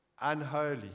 unholy